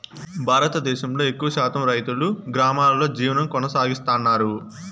భారతదేశంలో ఎక్కువ శాతం రైతులు గ్రామాలలో జీవనం కొనసాగిస్తన్నారు